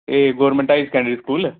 एह् government high secondary school